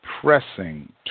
Pressing